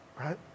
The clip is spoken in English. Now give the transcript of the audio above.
Right